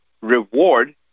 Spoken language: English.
reward